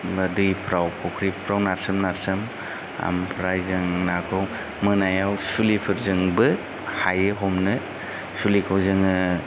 बिदिनो दैफ्राव फुख्रिफ्राव नारसोम नारसोम आमफ्राय जों नाखौ मोनायाव सुलिफोरजोंबो हायो हमनो सुलिखौ जोङो